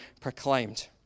proclaimed